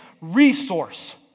resource